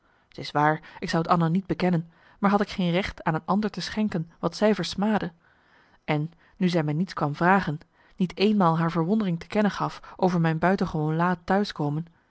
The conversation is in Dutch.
t is waar ik zou t anna niet bekennen maar had ik geen recht aan een ander te schenken wat zij versmaadde en nu zij me niets kwam vragen niet eenmaal haar verwondering te kennen gaf over mijn buitengewoonlaat thuis komen